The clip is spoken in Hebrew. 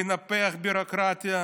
לנפח ביורוקרטיה,